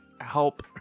help